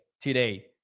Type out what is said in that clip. today